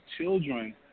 children